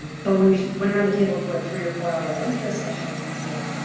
but when you when you're on the table for a three or four hour electro session yeah.